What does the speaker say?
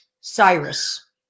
Cyrus